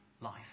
life